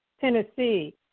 Tennessee